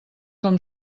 com